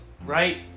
Right